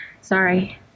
Sorry